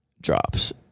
drops